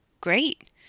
Great